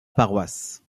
paroisse